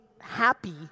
happy